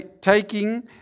taking